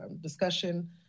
discussion